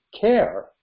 care